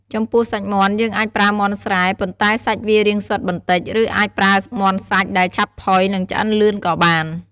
ចំពោះសាច់មាន់ យើងអាចប្រើមាន់ស្រែ ប៉ុន្តែសាច់វារាងស្វិតបន្តិច ឬអាចប្រើមាន់សាច់ ដែលឆាប់ផុយ និងឆ្អិនលឿនក៏បាន។